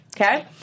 Okay